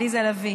עליזה לביא: